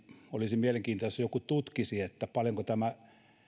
olisi mielenkiintoista jos joku tutkisi paljonko tämä